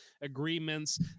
agreements